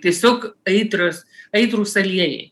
tiesiog aitrios aitrūs aliejai